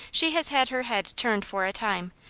she has had her head turned for a time,